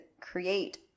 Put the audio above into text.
create